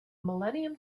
millennium